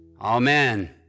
Amen